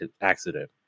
accident